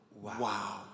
wow